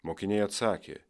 mokiniai atsakė